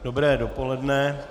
Dobré dopoledne.